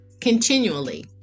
continually